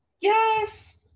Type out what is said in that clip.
Yes